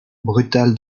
brutal